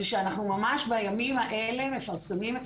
זה שאנחנו ממש בימים האלה מפרסמים את